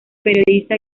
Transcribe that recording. periodista